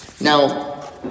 Now